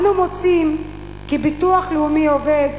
אנו מוצאים כי ביטוח לאומי עובד